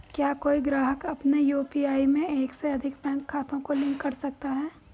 क्या कोई ग्राहक अपने यू.पी.आई में एक से अधिक बैंक खातों को लिंक कर सकता है?